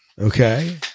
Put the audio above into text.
Okay